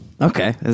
Okay